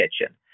kitchen